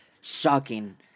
shocking